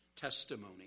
testimony